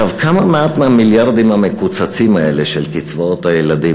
כמה מעט מהמיליארדים המקוצצים האלה של קצבאות הילדים,